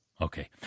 Okay